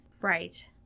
Right